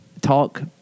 talk